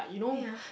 where ah